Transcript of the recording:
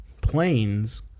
planes